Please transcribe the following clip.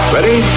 Ready